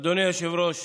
אדוני היושב-ראש,